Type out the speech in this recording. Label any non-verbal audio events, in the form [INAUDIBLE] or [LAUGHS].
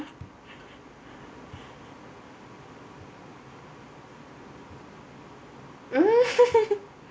[LAUGHS]